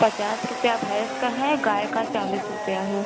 पचास रुपया भैंस का है गाय का चालीस रुपये है